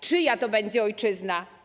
Czyja to będzie ojczyzna?